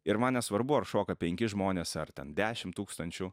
ir man nesvarbu ar šoka penki žmonės ar ten dešim tūkstančių